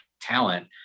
talent